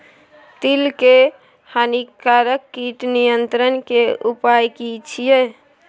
तिल के हानिकारक कीट नियंत्रण के उपाय की छिये?